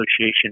Association